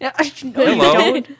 Hello